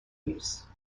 use